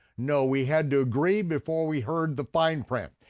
no, we had to agree before we heard the fine print.